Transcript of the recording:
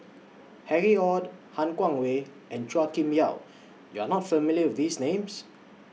Harry ORD Han Guangwei and Chua Kim Yeow YOU Are not familiar with These Names